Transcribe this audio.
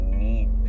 need